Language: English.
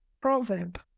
proverb